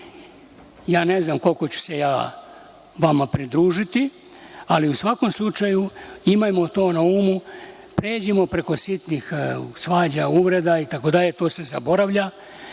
ne znam za koliko ću se ja vama pridružiti, ali u svakom slučaju imajmo to na umu, pređimo preko sitnih svađa, uvreda, itd, to se zaboravlja